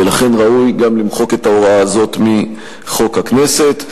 ולכן ראוי גם למחוק את ההוראה הזאת מחוק הכנסת.